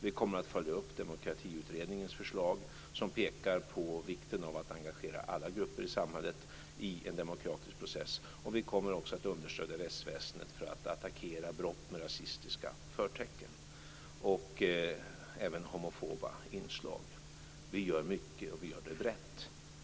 Vi kommer att följa upp Demokratiutredningens förslag, som pekar på vikten av att engagera alla grupper i samhället i en demokratisk process. Vi kommer också att understödja rättsväsendet för att attackera brott med rasistiska förtecken och även homofoba inslag. Vi gör mycket, och vi gör det brett.